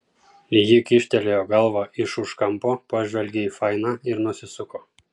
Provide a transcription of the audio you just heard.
ji kyštelėjo galvą iš už kampo pažvelgė į fainą ir nusisuko